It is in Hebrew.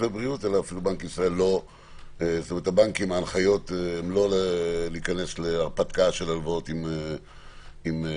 והבנקים יש להם הנחיות לא להיכנס להרפתקאות של הלוואות עם מוגבלים,